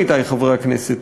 עמיתי חברי הכנסת,